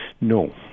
no